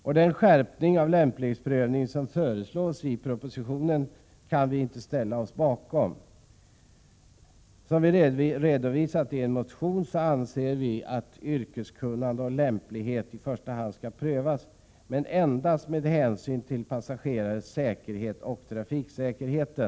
Vi kan inte ställa oss bakom denna skärpning. Som vi redovisat i en motion anser vi att yrkeskunnande och lämplighet i första hand skall prövas men endast med hänsyn till passagerarnas säkerhet och trafiksäkerheten.